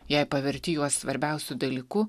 jei paverti juos svarbiausiu dalyku